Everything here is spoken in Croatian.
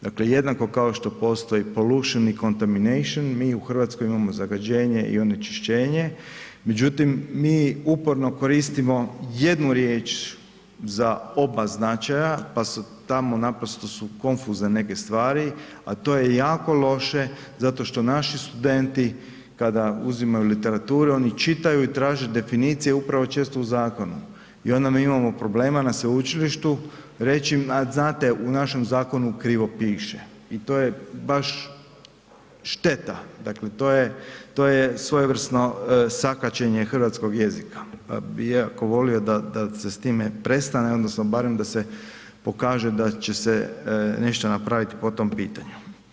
Dakle jednako kao što postoji polution i contamination, mi u Hrvatskoj imamo „zagađenje“ i „onečišćenje“ međutim, mi uporno koristimo jednu riječ za oba značaja pa su tamo naprosto su konfuzne neke stvari a to je jako loše zato što naši studenti kada uzimaju literaturu, oni čitaju i traže definicije upravo često u zakonu i onda mi imamo problema na sveučilištu reći a znate u našem zakonu krivo piše i to je baš šteta, dakle to je svojevrsno sakaćenje hrvatskog jezika pa bi jako volio da se s time prestane odnosno barem da se pokaže da će se nešto napraviti po tom pitanju.